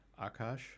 Akash